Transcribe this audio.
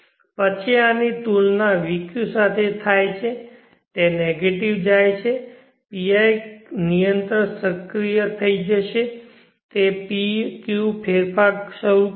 પછી આની તુલના vq સાથે થાય છે તે નેગેટિવ જાય છે PI નિયંત્રક સક્રિય થઈ જશે તે ρ 𝜌 ફેરફાર શરૂ કરશે